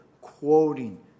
quoting